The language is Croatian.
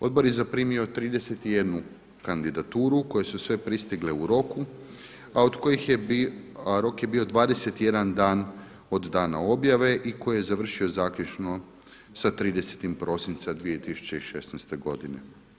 Odbor je zaprimio 31 kandidaturu koje su sve pristigle u roku, a rok je bio 21 dan od dana objave i koji je završio zaključno sa 30. prosinca 2016. godine.